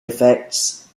effects